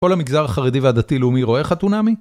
כל המגזר החרדי והדתי-לאומי רואה חתונמי?